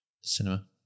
cinema